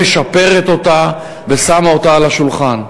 משפרת אותה ושמה אותה על השולחן.